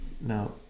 Now